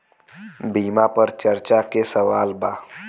बीमा पर चर्चा के सवाल बा?